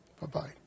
bye-bye